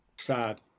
Sad